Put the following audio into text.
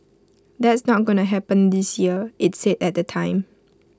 that's not going to happen this year IT said at the time